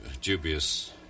dubious